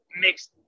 mixed